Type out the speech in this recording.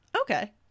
Okay